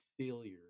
failure